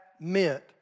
meant